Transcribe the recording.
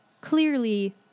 Clearly